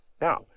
Now